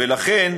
לכן